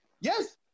Yes